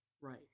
Right